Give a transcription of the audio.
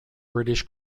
british